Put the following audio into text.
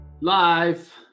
Live